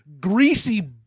greasy